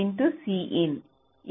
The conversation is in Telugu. ఇది U Cin